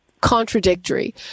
contradictory